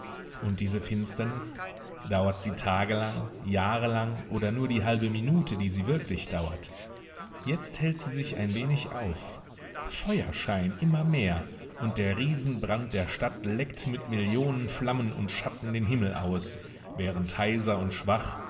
und diese finsternis dauert sie tagelang jahrelang oder nur die halbe minute die sie wirklich dauert jetzt hellt sie sich ein wenig auf feuerschein immer mehr und der riesenbrand der stadt leckt mit millionen flammen und schatten den himmel aus während heiser und schwach